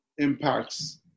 impacts